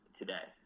today